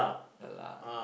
ya lah